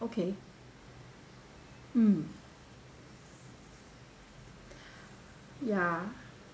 okay mm ya